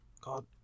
god